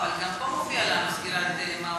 אבל גם פה מופיע לנו "סגירת מעונות-יום".